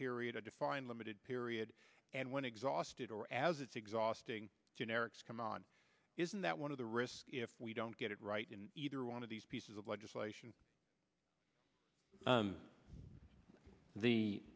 iod a defined limited period and when exhausted or as it's exhausting generics come on isn't that one of the risks if we don't get it right in either one of these pieces of legislation